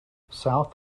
south